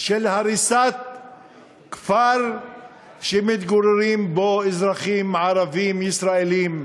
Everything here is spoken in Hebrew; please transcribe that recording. של הריסת כפר שמתגוררים בו אזרחים ערבים ישראלים,